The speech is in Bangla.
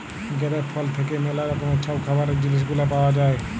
গেরেপ ফল থ্যাইকে ম্যালা রকমের ছব খাবারের জিলিস গুলা পাউয়া যায়